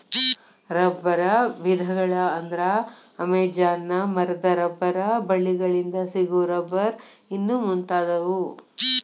ರಬ್ಬರ ವಿಧಗಳ ಅಂದ್ರ ಅಮೇಜಾನ ಮರದ ರಬ್ಬರ ಬಳ್ಳಿ ಗಳಿಂದ ಸಿಗು ರಬ್ಬರ್ ಇನ್ನು ಮುಂತಾದವು